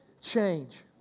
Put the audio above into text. change